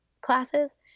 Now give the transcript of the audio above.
classes